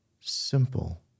Simple